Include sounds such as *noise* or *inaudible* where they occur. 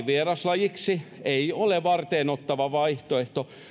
*unintelligible* vieraslajiksi ei ole varteenotettava vaihtoehto